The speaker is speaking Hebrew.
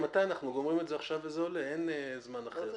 נגיד